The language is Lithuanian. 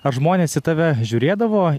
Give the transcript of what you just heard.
ar žmonės į tave žiūrėdavo